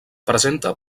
presenta